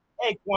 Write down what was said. Hey